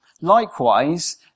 Likewise